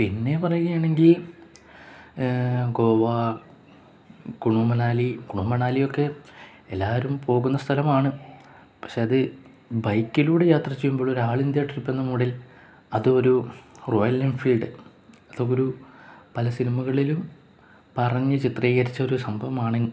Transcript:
പിന്നെ പറയുകയാണെങ്കിൽ ഗോവ കുളു മണാലി കുളു മണാലിയൊക്കെ എല്ലാവരും പോകുന്ന സ്ഥലമാണ് പക്ഷേ അത് ബൈക്കിലൂടെ യാത്ര ചെയ്യുമ്പോളൊരാളിന്ത്യ ട്രിപ്പെന്ന മൂഡിൽ അതൊരു റോയൽ എൻഫീൽഡ് അതൊക്കെയൊരു പല സിനിമകളിലും പറഞ്ഞു ചിത്രീകരിച്ച ഒരു സംഭവമാണ്